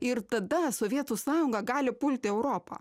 ir tada sovietų sąjunga gali pulti europą